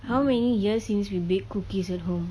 how many years since we baked cookies at home